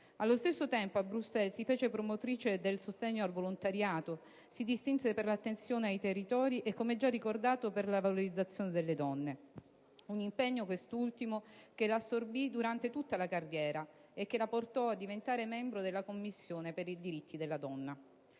Allo stesso tempo, a Bruxelles si fece promotrice del sostegno al volontariato; si distinse per l'attenzione ai territori e, come già ricordato, per la valorizzazione delle donne, un impegno, quest'ultimo, che la assorbì durante tutta la sua carriera e che la portò a diventare membro della Commissione per i diritti della donna.